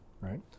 right